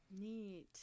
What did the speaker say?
neat